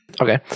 Okay